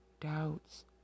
doubts